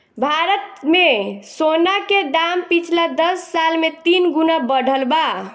भारत मे सोना के दाम पिछला दस साल मे तीन गुना बढ़ल बा